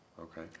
Okay